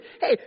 hey